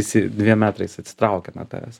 visi dviem metrais atsitraukia nuo tavęs